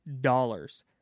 dollars